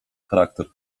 charakter